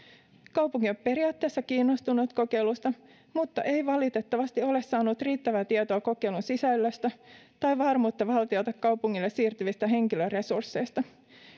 kaupunki on periaatteessa kiinnostunut kokeilusta mutta ei valitettavasti ole saanut riittävää tietoa kokeilun sisällöstä tai varmuutta valtiolta kaupungille siirtyvistä henkilöresursseista